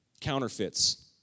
counterfeits